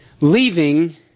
Leaving